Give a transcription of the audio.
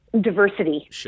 diversity